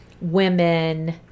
women